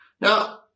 now